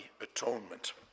atonement